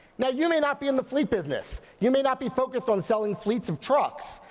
now you may not be in the fleet business, you may not be focused on selling fleets of trucks.